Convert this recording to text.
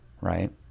right